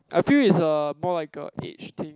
I feel is a more like a age thing